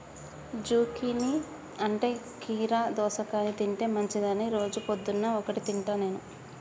zucchini అంటే కీరా దోసకాయ తింటే మంచిదని రోజు పొద్దున్న ఒక్కటి తింటా నేను